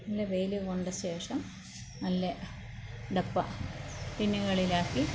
നല്ല വെയിൽ കൊണ്ട ശേഷം നല്ല ഡപ്പ ടിന്നുകളിലാക്കി